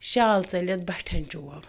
شال ژٔلِتھ بٹھٮ۪ن چوب